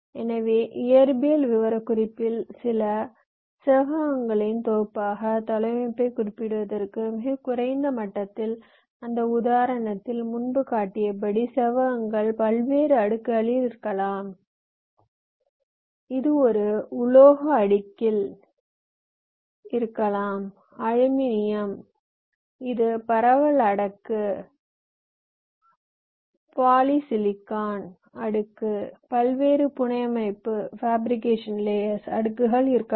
எனவே இயற்பியல் விவரக்குறிப்பில் சில செவ்வகங்களின் தொகுப்பாக தளவமைப்பைக் குறிப்பிடுவதற்கு மிகக் குறைந்த மட்டத்தில் அந்த உதாரணத்தில் முன்பு காட்டியபடி செவ்வகங்கள் பல்வேறு அடுக்குகளில் இருக்கலாம் இது ஒரு உலோக அடுக்கில் இருக்கலாம் அலுமினியம் இது பரவல் அடுக்கு பாலிசிலிகான் அடுக்கு பல்வேறு புனையமைப்பு அடுக்குகள் இருக்கலாம்